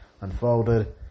unfolded